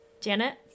Janet